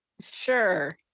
sure